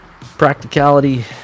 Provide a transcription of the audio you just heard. Practicality